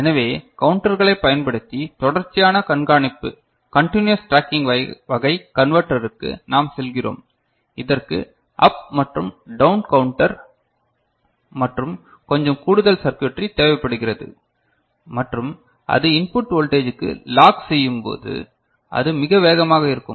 எனவே கவுண்டர்களைப் பயன்படுத்தி தொடர்ச்சியான கண்காணிப்பு கண்டினூயஸ் ட்ராக்கிங் வகை கன்வெர்டருக்கு நாம் செல்கிறோம் இதற்கு அப் மற்றும் டவுன் கவுண்டர் மற்றும் கொஞ்சம் கூடுதல் சர்க்யூட்டரி தேவைப்படுகிறது மற்றும் அது இன்புட் வோல்டேஜ்க்கு லாக் செய்யும்போது அது மிக வேகமாக இருக்கும்